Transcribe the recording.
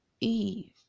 Eve